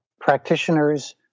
practitioners